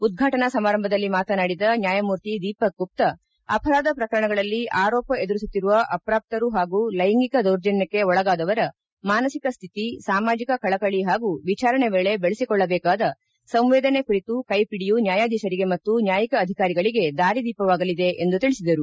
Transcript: ಉದ್ಘಾಟನಾ ಸಮಾರಂಭದಲ್ಲಿ ಮಾತನಾಡಿದ ನ್ಯಾಯಮೂರ್ತಿ ದೀಪಕ್ ಗುಪ್ತಾ ಅಪರಾಧ ಪ್ರಕರಣಗಳಲ್ಲಿ ಆರೋಪ ಎದುರಿಸುತ್ತಿರುವ ಅಪಾಪ್ತರು ಹಾಗೂ ಲೈಂಗಿಕ ದೌರ್ಜನ್ಯಕ್ಕೆ ಒಳಗಾದವರ ಮಾನಸಿಕ ಸ್ಥಿತಿ ಸಾಮಾಜಿಕ ಕಳಕಳಿ ಹಾಗೂ ವಿಚಾರಣೆ ವೇಳೆ ಬೆಳೆಸಿಕೊಳ್ಳಬೇಕಾದ ಸಂವೇದನೆ ಕುರಿತು ಕೈಪಿಡಿ ನ್ಯಾಯಾಧೀಶರಿಗೆ ಮತ್ತು ನ್ಯಾಯಿಕ ಅಧಿಕಾರಿಗಳಿಗೆ ದಾರಿದೀಪವಾಗಲಿದೆ ಎಂದು ತಿಳಿಸಿದರು